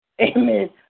Amen